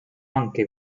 anche